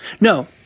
No